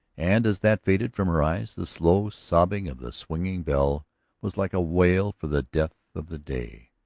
and as that faded from her eyes the slow sobbing of the swinging bell was like a wail for the death of the day.